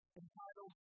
entitled